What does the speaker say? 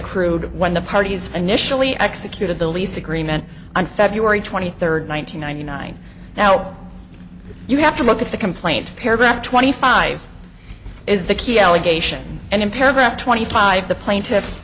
accrued when the parties initially executed the lease agreement on february twenty third one thousand nine hundred nine now you have to look at the complaint paragraph twenty five is the key allegation and in paragraph twenty five the plaintiff